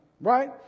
Right